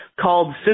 called